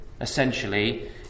essentially